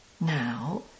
Now